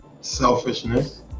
Selfishness